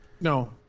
no